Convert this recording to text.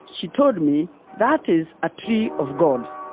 she told me, that is a tree of god.